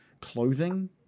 clothing